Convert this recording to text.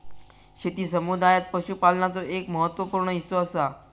शेती समुदायात पशुपालनाचो एक महत्त्व पूर्ण हिस्सो असा